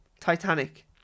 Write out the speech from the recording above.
Titanic